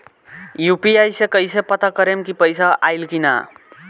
UPI से कईसे पता करेम की पैसा आइल की ना?